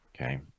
okay